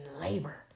labor